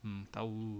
mm tau